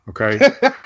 Okay